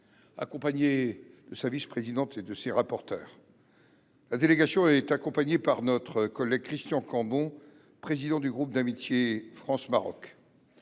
accompagné de sa vice présidente et de ses rapporteurs. La délégation est accompagnée par notre collègue Christian Cambon, président du groupe d’amitié France Maroc